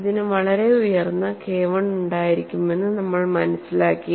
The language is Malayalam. ഇതിന് വളരെ ഉയർന്ന KI ഉണ്ടായിരിക്കുമെന്ന് നമ്മൾ മനസ്സിലാക്കി